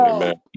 Amen